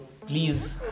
please